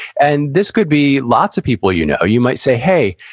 and this could be lots of people you know. you might say, hey,